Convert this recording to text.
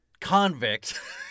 convict